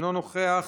אינו נוכח.